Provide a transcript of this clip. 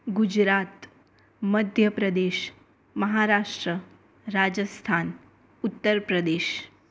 Gujarat Madhya Pradesh Maharashtra Rajasthan Uttar Pradesh